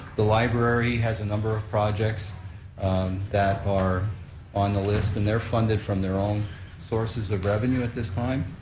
the library has a number of projects that are on the list, and they're funded from their own sources of revenue at this time.